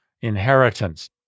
inheritance